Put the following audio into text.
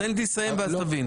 תן לי לסיים ואז תבין.